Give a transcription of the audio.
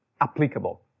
applicable